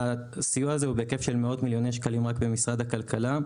הסיוע הזה הוא בהיקף של מאות מיליוני שקלים רק במשרד הכלכלה.